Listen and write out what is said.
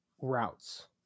routes